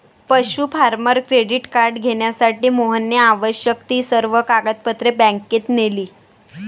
पशु farmer credit card घेण्यासाठी मोहनने आवश्यक ती सर्व कागदपत्रे बँकेत नेली